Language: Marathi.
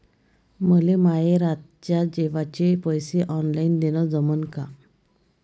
मले माये रातच्या जेवाचे पैसे ऑनलाईन देणं जमन का?